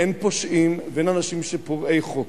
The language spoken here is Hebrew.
אין פושעים ואין אנשים שהם פורעי חוק.